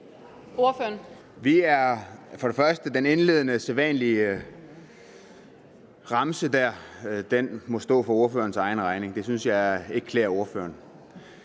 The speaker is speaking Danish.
Olsen (LA): For det første: Den indledende sædvanlige remse må stå for ordførerens egen regning. Den synes jeg ikke klæder ordføreren.